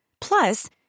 Plus